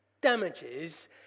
damages